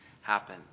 happen